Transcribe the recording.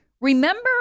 remember